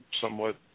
somewhat